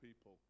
people